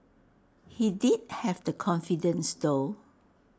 he did have the confidence though